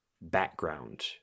background